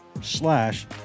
slash